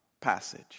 passage